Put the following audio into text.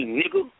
nigga